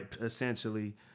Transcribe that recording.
essentially